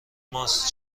ماست